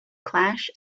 clash